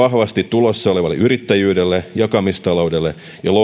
tulossa olevalle yrittäjyydelle jakamistaloudelle ja lohkoketjuille ylisääntelyä on